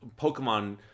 Pokemon